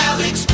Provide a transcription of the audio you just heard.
Alex